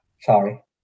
sorry